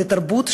לתרבות,